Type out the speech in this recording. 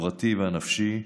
החברתי והנפשי.